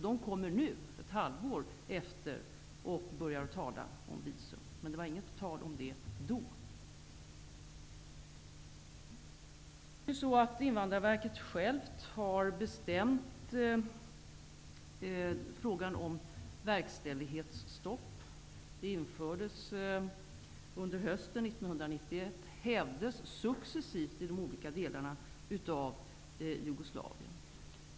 De kommer nu ett halvår efteråt och börjar tala om visum, men de gjorde det inte då. Invandrarverket har självt avgjort frågan om verkställighetsstopp. Det infördes under hösten Jugoslavien.